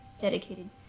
dedicated